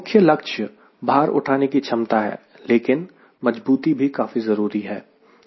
मुख्य लक्ष्य भार उठाने की क्षमता है लेकिन मज़बूती भी काफी जरूरी है